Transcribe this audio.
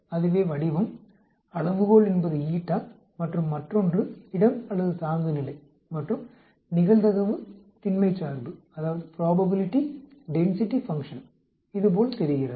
அதுவே வடிவம் அளவுகோள் என்பது மற்றும் மற்றொன்று இடம் அல்லது தாங்குநிலை மற்றும் நிகழ்தகவு திண்மை சார்பு இது போல் தெரிகிறது